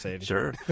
Sure